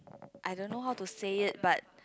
I don't know how to say it but